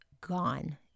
gone